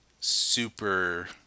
Super